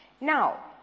Now